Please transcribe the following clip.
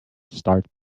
start